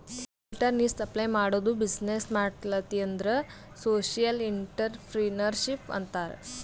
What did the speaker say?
filter ನೀರ್ supply ಮಾಡದು business ಮಾಡ್ಲತಿ ಅಂದುರ್ ಸೋಶಿಯಲ್ ಇಂಟ್ರಪ್ರಿನರ್ಶಿಪ್ ಅಂತಾರ್